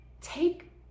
take